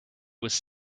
was